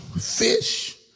fish